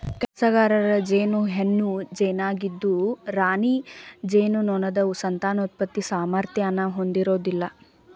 ಕೆಲ್ಸಗಾರ ಜೇನು ಹೆಣ್ಣು ಜೇನಾಗಿದ್ದು ರಾಣಿ ಜೇನುನೊಣದ ಸಂತಾನೋತ್ಪತ್ತಿ ಸಾಮರ್ಥ್ಯನ ಹೊಂದಿರೋದಿಲ್ಲ